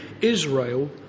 Israel